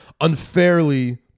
unfairly